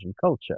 culture